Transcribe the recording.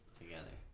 together